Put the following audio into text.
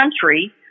country